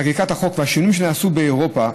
חקיקת החוק והשינויים שנעשו באירופה,